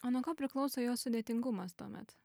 o nuo ko priklauso jos sudėtingumas tuomet